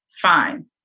Fine